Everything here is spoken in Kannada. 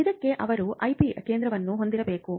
ಇದಕ್ಕೆ ಅವರು ಐಪಿ ಕೇಂದ್ರವನ್ನು ಹೊಂದಿರಬೇಕು